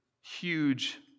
huge